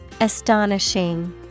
Astonishing